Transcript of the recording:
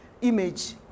image